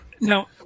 now